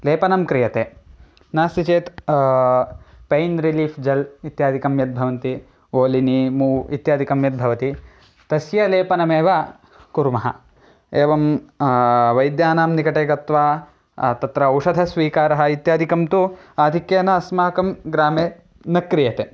लेपनं क्रियते नास्ति चेत् पेयिन् रिलीफ़् जल् इत्यादिकं यद् भवन्ति ओलिनि मूव् इत्यादिकं यद् भवति तस्य लेपनमेव कुर्मः एवं वैद्यानां निकटे गत्वा तत्र औषधस्वीकारः इत्यादिकं तु आधिक्येन अस्माकं ग्रामे न क्रियते